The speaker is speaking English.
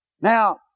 Now